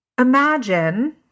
imagine